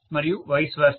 మరియు vice versa